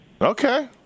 Okay